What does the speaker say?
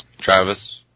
Travis